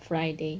friday